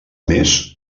més